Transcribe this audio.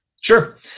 Sure